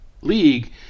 league